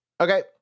Okay